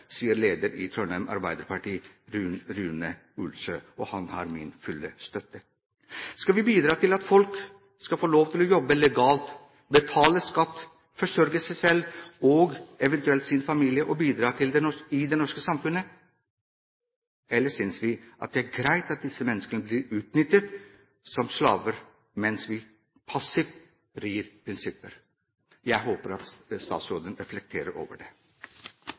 sier lederen i Trondheim Arbeiderparti, Rune Olsø, og han har min fulle støtte. Skal vi bidra til at folk skal få lov til å jobbe legalt, betale skatt, forsørge seg selv og eventuelt sin familie og bidra i det norske samfunnet, eller synes vi det er greit at disse menneskene blir utnyttet som slaver, mens vi passivt rir prinsipper? Jeg håper at statsråden reflekterer over det.